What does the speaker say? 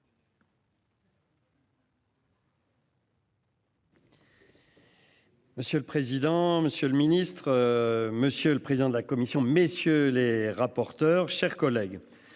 Monsieur le président, Monsieur le Ministre. Monsieur le président de la commission. Messieurs les rapporteurs, chers collègues.